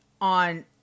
on